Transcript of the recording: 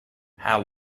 how